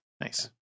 Nice